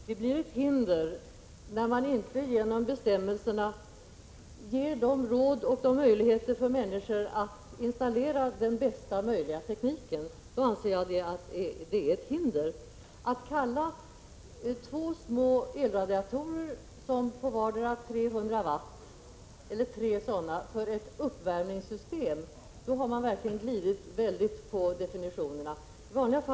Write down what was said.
Herr talman! Det blir ett hinder när man inte genom bestämmelserna ger människorna råd beträffande möjligheterna att installera den bästa möjliga tekniken. Om man kallar två eller tre små elradiatorer på vardera 300 watt för ett uppvärmningssystem, har man verkligen glidit i fråga om definitionerna.